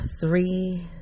three